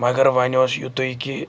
مگر وۄنۍ اوس یُتُے کہِ